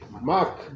Mark